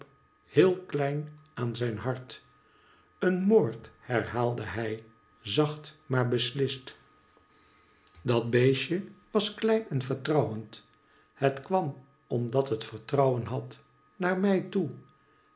heel klein aan zijn hart een moord herhaalde hij zacht maar beslist dat beestje was kiein en vertrouwcnd net kwam omdat net vertrouwen had naar mij toe